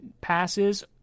passes